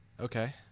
Okay